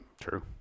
True